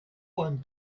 one